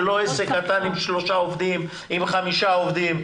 זה לא עסק קטן עם שלושה עובדים או עם חמישה עובדים.